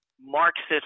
Marxist